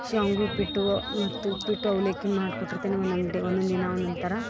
ಶಾಮ್ಗಿ ಉಪ್ಪಿಟ್ಟು ಮತ್ತು ಉಪ್ಪಿಟ್ಟು ಅವ್ಲಕ್ಕಿ ಮಾಡ್ಕೊಟ್ಟರ್ತಿನಿ ಒಂದೊಂದು ಡೆ ಒಂದೊಂದಿನ ಒಂದೊಂದು ಥರ